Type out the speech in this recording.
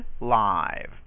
live